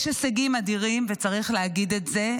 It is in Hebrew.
יש הישגים אדירים, וצריך להגיד את זה.